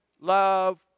love